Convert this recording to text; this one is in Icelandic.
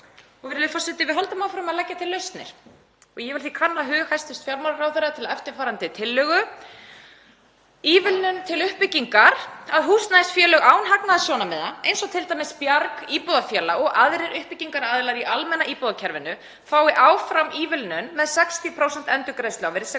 og við höldum áfram að leggja til lausnir. Ég vil því kanna hug hæstv. fjármálaráðherra til eftirfarandi tillögu: Ívilnun til uppbyggingar. Að húsnæðisfélög án hagnaðarsjónarmiða, eins og t.d. Bjarg, íbúðafélag, og aðrir uppbyggingaraðilar í almenna íbúðakerfinu, fái áfram ívilnun með 60% endurgreiðslu á virðisaukaskatti